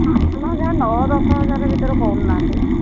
ଆପଣ ଯାହା ନଅ ଦଶ ହଜାର ଭିତରେ କହୁନାହାନ୍ତି